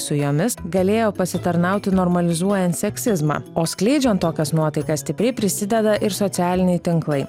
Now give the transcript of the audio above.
su jomis galėjo pasitarnauti normalizuojant seksizmą o skleidžiant tokias nuotaikas stipriai prisideda ir socialiniai tinklai